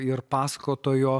ir pasakotojo